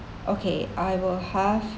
okay I will have